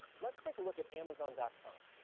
let's take a look at amazon ah com.